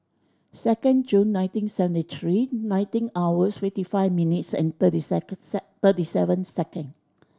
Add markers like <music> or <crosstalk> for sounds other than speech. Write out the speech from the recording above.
second June nineteen seventy three nineteen hours fifty five minutes and thirty <unintelligible> thirty seven second